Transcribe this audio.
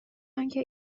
آنکه